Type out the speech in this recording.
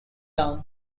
town